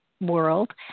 world